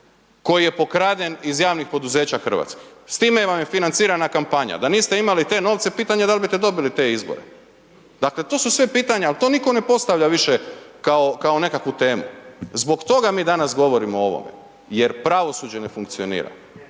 koji je pokraden iz javnih poduzeća hrvatskih. S time vam je financirana kampanja. Da niste imali te novce pitanje je da li biste dobili te izbore. Dakle to su sve pitanja ali to nitko ne postavlja više kao nekakvu temu. Zbog toga mi danas govorimo o tome jer pravosuđe ne funkcionira